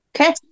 Okay